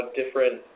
different